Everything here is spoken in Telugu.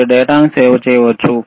మీరు డేటాను సేవ్ చేయవచ్చు